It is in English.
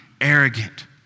arrogant